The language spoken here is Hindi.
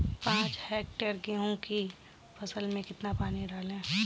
पाँच हेक्टेयर गेहूँ की फसल में कितना पानी डालें?